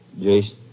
Jason